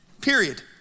Period